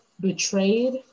betrayed